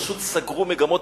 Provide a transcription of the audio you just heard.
פשוט סגרו מגמות.